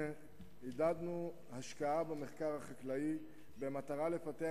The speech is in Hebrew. עודדנו השקעה במחקר החקלאי במטרה לפתח